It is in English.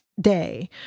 day